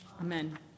Amen